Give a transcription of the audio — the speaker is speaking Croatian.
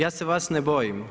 Ja se vas ne bojim.